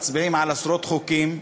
מצביעים על עשרות חוקים,